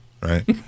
Right